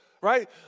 right